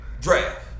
Draft